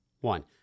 One